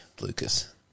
Lucas